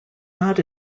not